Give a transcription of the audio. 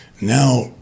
now